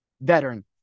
veteran